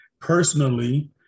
personally